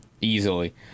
Easily